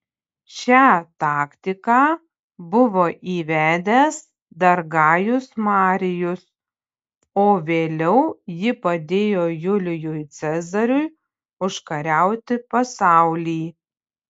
šią taktiką buvo įvedęs dar gajus marijus o vėliau ji padėjo julijui cezariui užkariauti pasaulį